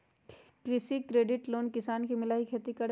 कृषि credit loan किसान के मिलहई खेती करेला?